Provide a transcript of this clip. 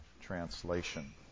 translation